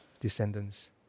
descendants